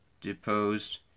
deposed